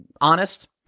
honest